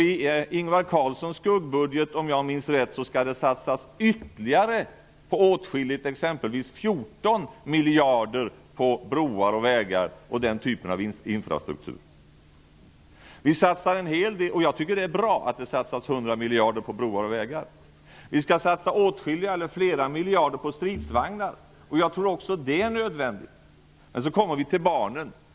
I Ingvar Carlssons skuggbudget satsas det, om jag minns rätt, ytterligare på åtskilligt -- exempelvis 14 miljarder på broar och vägar och den typen av infrastruktur. Jag tycker att det är bra att det satsas 100 miljarder på broar och vägar. Vi skall satsa flera miljarder på stridsvagnar. Jag tror att också det är nödvändigt. Men så kommer vi till barnen.